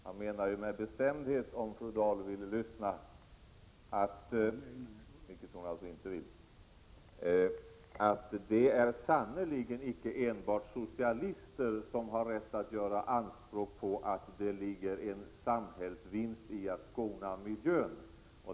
Jag vill med bestämdhet framhålla för fru Dahl, om fru Dahl vill lyssna — vilket hon tydligen inte vill — att det sannerligen icke är enbart socialister som har rätt att göra anspråk på att det ligger en samhällsvinst i att skona miljön.